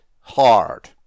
hard